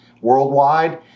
worldwide